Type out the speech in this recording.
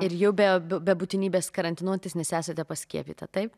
ir jau be be būtinybės karantinuotis nes esate paskiepyta taip